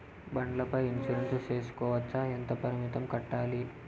బండ్ల పై ఇన్సూరెన్సు సేసుకోవచ్చా? ఎంత ప్రీమియం కట్టాలి?